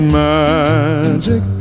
magic